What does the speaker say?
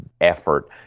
effort